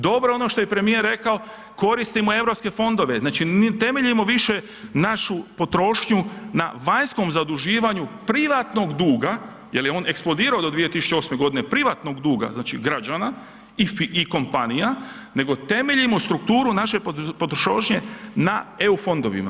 Dobro je i ono što je premijer rekao, koristimo eu fondove, znači ne temeljimo više našu potrošnju na vanjskom zaduživanju privatnog duga jer je on eksplodirao do 2008. godine, privatnog duga znači građana i kompanija nego temeljimo strukturu naše potrošnje na eu fondovima.